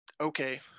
okay